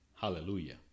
Hallelujah